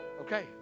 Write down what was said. Okay